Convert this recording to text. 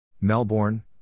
Melbourne